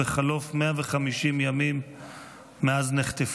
בחלוף 150 ימים מאז נחטפו.